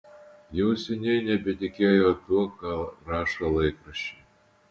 jau seniai nebetikėjo tuo ką rašo laikraščiai